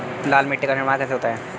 लाल मिट्टी का निर्माण कैसे होता है?